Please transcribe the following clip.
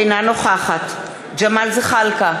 אינה נוכחת ג'מאל זחאלקה,